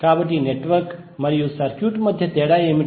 కాబట్టి నెట్వర్క్ మరియు సర్క్యూట్ మధ్య తేడా ఏమిటి